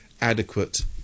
adequate